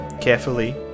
carefully